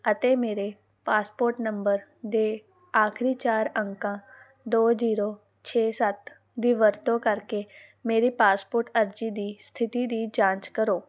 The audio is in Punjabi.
ਅਤੇ ਮੇਰੇ ਪਾਸਪੋਰਟ ਨੰਬਰ ਦੇ ਆਖਰੀ ਚਾਰ ਅੰਕਾਂ ਦੋ ਜ਼ੀਰੋ ਛੇ ਸੱਤ ਦੀ ਵਰਤੋਂ ਕਰਕੇ ਮੇਰੀ ਪਾਸਪੋਰਟ ਅਰਜ਼ੀ ਦੀ ਸਥਿਤੀ ਦੀ ਜਾਂਚ ਕਰੋ